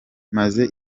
maze